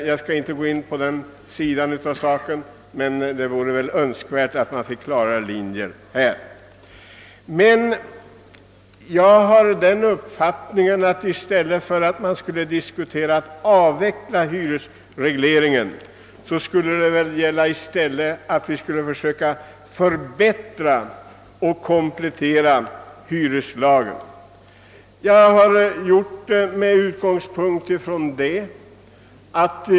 Jag skall emellertid inte gå in på denna sak, men det vore önskvärt att det bleve klarare linjer härvidlag. I stället för att föra en diskussion om avveckling av hyresregleringen borde vi försöka förbättra och komplettera hyreslagen.